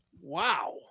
Wow